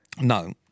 No